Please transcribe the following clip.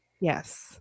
Yes